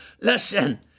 Listen